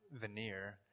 veneer